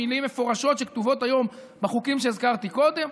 מילים מפורשות שכתובות היום בחוקים שהזכרתי קודם.